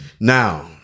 Now